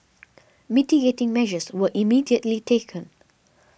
mitigating measures were immediately taken